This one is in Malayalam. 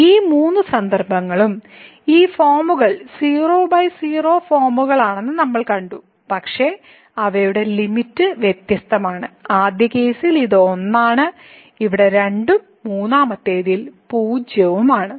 ഈ മൂന്ന് സന്ദർഭങ്ങളിലും ഈ ഫോമുകൾ 00 ഫോമുകളാണെന്ന് നമ്മൾ കണ്ടു പക്ഷേ അവയുടെ ലിമിറ്റ് വ്യത്യസ്തമാണ് ആദ്യ കേസിൽ ഇത് 1 ആണ് ഇവിടെ ഇത് 2 ഉം മൂന്നാമത്തേത് 0 ഉം ആണ്